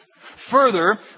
Further